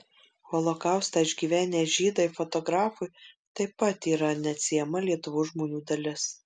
holokaustą išgyvenę žydai fotografui taip pat yra neatsiejama lietuvos žmonių dalis